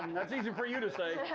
um that's easy for you to say